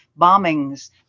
bombings